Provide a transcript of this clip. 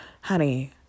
Honey